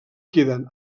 queden